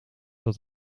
dat